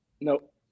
Nope